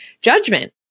judgment